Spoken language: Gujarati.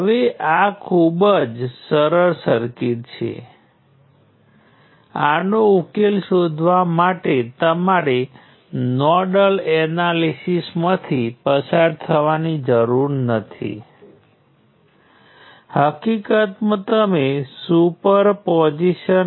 હવે જ્યારે આપણી પાસે નિયંત્રિત સ્ત્રોતો હોય ત્યારે નોડલ વિશ્લેષણ સમીકરણો કેવી રીતે મેળવવું તે જોઈશું